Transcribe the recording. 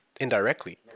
indirectly